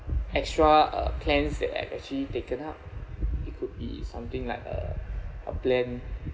extra uh plans the I have actually taken up it could be something like a a plan